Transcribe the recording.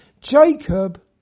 Jacob